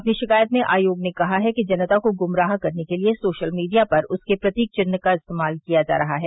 अपनी शिकायत में आयोग ने कहा है कि जनता को गुमराह करने के लिए सोशल मीडिया पर उसके प्रतीक चिह्न का इस्तेमाल किया जा रहा है